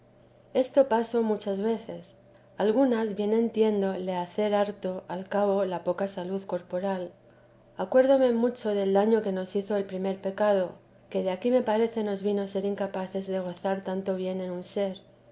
esto pasó muchas veces alguna bien entiendo le hace harto al caso la poca salud corporal acuérdome mucho del daño que nos hizo el primer pecado que de aquí me parece nos vino ser incapaces de gozar tanto bien y deben ser